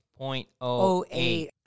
0.08